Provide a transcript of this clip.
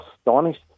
astonished